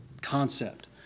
concept